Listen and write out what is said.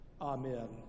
amen